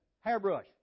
Hairbrush